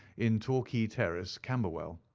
in torquay terrace, camberwell.